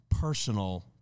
personal